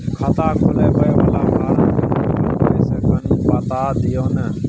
खाता खोलैबय वाला फारम केना भरबै से कनी बात दिय न?